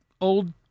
old